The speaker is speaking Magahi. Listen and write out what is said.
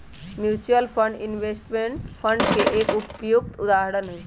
म्यूचूअल फंड इनवेस्टमेंट फंड के एक उपयुक्त उदाहरण हई